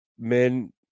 men